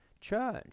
church